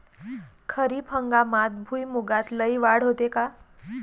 खरीप हंगामात भुईमूगात लई वाढ होते का?